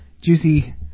juicy